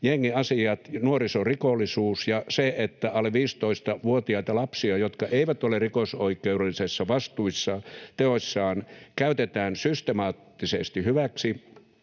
jengiasiat, nuorisorikollisuus... Ja alle 15-vuotiaita lapsia, jotka eivät ole rikosoikeudellisessa vastuussa teoistaan, käytetään systemaattisesti hyväksi